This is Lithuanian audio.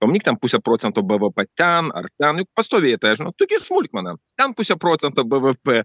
pamanyk ten pusė procento bvp ten ar ten juk pastoviai jie tą žino taigi smulkmena ten pusę procento bvp